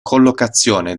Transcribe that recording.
collocazione